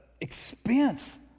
expense